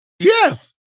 Yes